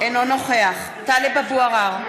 אינו נוכח טלב אבו עראר,